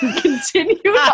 continue